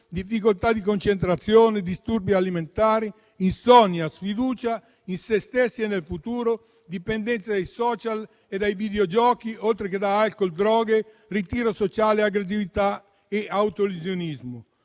difficoltà di concentrazione, disturbi alimentari, insonnia, sfiducia in sé stessi e nel futuro, dipendenze dai *social network* e dai videogiochi, oltre che da alcol e droghe, nonché ritiro sociale, aggressività e autolesionismo.